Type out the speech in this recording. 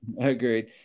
Agreed